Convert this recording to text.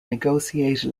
negotiate